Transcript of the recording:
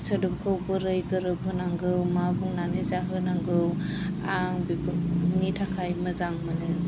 सोदोबखौ बोरै गोरोबहोनांगौ मा बुंनानै जाहोनांगौ आं बेफोरनि थाखाय मोजां मोनो